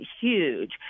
huge